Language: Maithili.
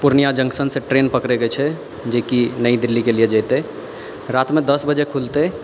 पूर्णिया जंक्शन सऽ ट्रेन पकड़ैके छै जेकि नई दिल्ली के लियऽ जेतै राति मे दस बजे खुलतै